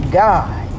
god